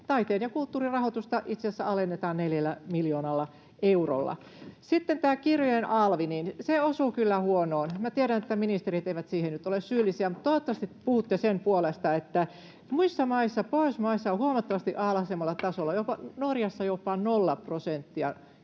taiteen ja kulttuurin rahoitusta itse asiassa alennetaan neljällä miljoonalla eurolla. Sitten tämä kirjojen alvi osuu kyllä huonoon. Minä tiedän, että ministerit eivät siihen nyt ole syyllisiä. Toivottavasti puhutte sen puolesta, että muissa Pohjoismaissa se on huomattavasti alhaisemmalla tasolla, Norjassa jopa nolla prosenttia